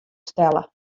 stelle